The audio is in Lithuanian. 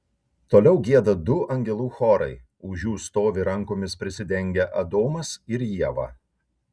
toliau gieda du angelų chorai už jų stovi rankomis prisidengę adomas ir ieva